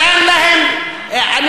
שאין להם, אתה משווה?